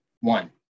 one